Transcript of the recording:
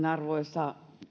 arvoisa